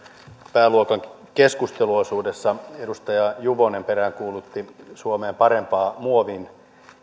pääluokan keskusteluosuudessa edustaja juvonen peräänkuulutti suomeen parempaa muovin